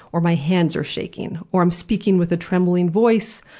or my hands are shaking, or i'm speaking with a trembling voice,